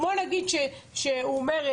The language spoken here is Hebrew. כמו נגיד שהוא אומר,